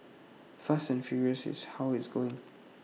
fast and furious is how it's going